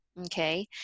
okay